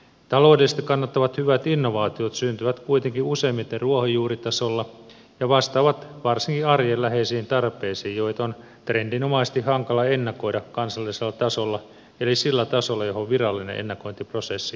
taloudellisesti kannattavat hyvät innovaatiot syntyvät kuitenkin useimmiten ruohonjuuritasolla ja vastaavat varsinkin arjen läheisiin tarpeisiin joita on trendinomaisesti hankala ennakoida kansallisella tasolla eli sillä tasolla johon virallinen ennakointiprosessi nojaa